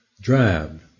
drab